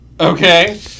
Okay